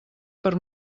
per